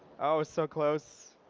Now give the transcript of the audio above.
oh, so close.